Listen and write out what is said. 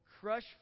crush